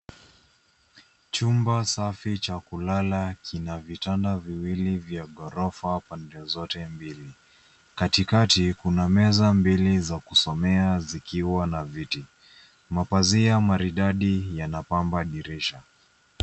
Chumba safi cha kulala kina vitanda viwili vya ghorofa upande zote mbili. Katikati kuna meza mbili za kusomea zikiwa na viti. Mapazia maridadi yanapamba dirisha.